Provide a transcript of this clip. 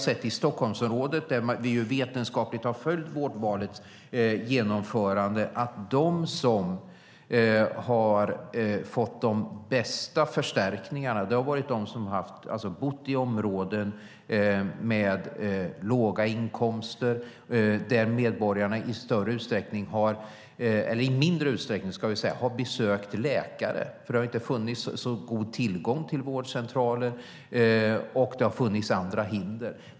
I Stockholmsområdet har man vetenskapligt följt genomförandet av vårdvalet. Där framgår att de som har fått de bästa förstärkningarna har bott i områden med låga inkomster och där medborgarna i mindre utsträckning har besökt läkare. Det har ju inte funnits så god tillgång till vårdcentraler och det har funnits andra hinder.